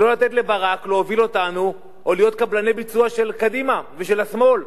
ולא לתת לברק להוביל אותנו או להיות קבלן ביצוע של קדימה ושל השמאל.